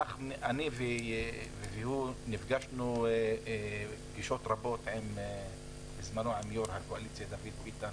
אני והוא נפגשנו פגישות רבות בזמנו עם יו"ר הקואליציה דוד ביטן